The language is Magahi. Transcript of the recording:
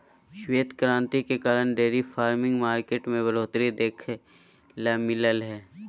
श्वेत क्रांति के कारण डेयरी फार्मिंग मार्केट में बढ़ोतरी देखे ल मिललय हय